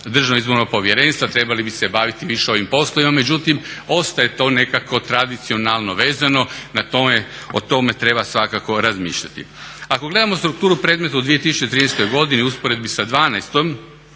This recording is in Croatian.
Državnog izbornog povjerenstva trebali bi se baviti više ovim poslovima. Međutim, ostaje to nekako tradicionalno vezano na tome, o tome treba svakako razmišljati. Ako gledamo strukturu predmeta u 2013. godini u usporedbi sa dvanaestom